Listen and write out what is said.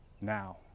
now